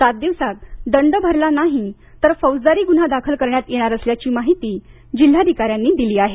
सात दिवसात दंड भरला नाही तर फौजदारी गुन्हा दाखल करण्यात येणार असल्याची माहिती जिल्हाधिकाऱ्यांनी दिली आहे